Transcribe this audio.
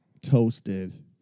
Toasted